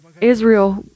Israel